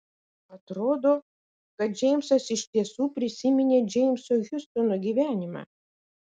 atrodo kad džeimsas iš tiesų prisiminė džeimso hiustono gyvenimą